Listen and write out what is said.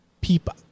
people